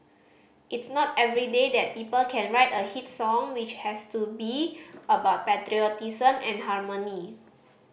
it's not every day that people can write a hit song which has to be about patriotism and harmony